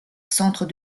centre